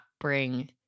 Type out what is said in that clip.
bring